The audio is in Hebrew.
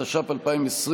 התש"ף 2020,